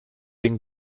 den